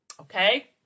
Okay